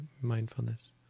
mindfulness